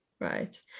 Right